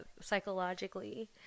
psychologically